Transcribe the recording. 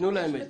תנו להם את זה.